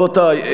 רבותי,